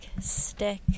stick